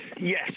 Yes